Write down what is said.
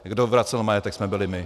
Kdo vracel majetek, jsme byli my.